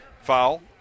Foul